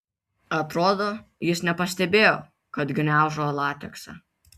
atrodo jis nepastebėjo kad gniaužo lateksą